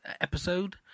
episode